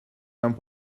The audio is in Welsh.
mewn